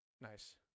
Nice